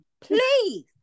please